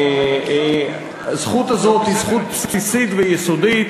שהזכות הזאת היא זכות בסיסית ויסודית.